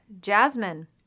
Jasmine